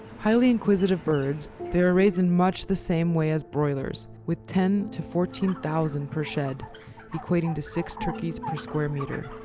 highly inquisitive birds, they are raised in much the same way as broilers, with ten fourteen thousand per shed equating to six turkeys per square metre.